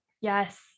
yes